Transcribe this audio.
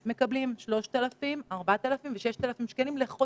בינתיים עוד לא התחלנו את תהליך היציאה ואנחנו כבר